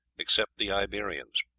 except the iberians.